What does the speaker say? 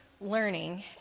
learning